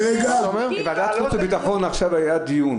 בוועדת חוץ וביטחון עכשיו היה דיון